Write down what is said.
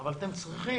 לכך אבל אתם צריכים